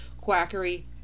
quackery